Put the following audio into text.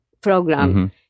Program